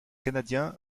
canadiens